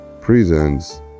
Presents